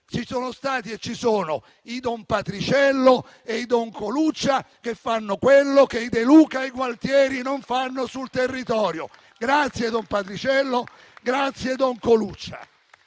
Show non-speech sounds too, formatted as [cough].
ci sono stati e ci sono i don Patriciello e i don Coluccia che fanno quello che i De Luca e i Gualtieri non fanno sul territorio. [applause] Grazie don Patriciello. Grazie don Coluccia.